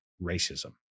racism